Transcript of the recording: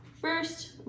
first